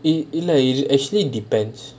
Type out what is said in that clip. இல்ல:illa actually it depends